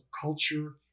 culture